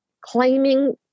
claiming